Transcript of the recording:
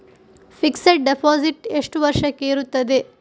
Fixed deposit ಎಷ್ಟು ವರ್ಷಕ್ಕೆ ಇರುತ್ತದೆ?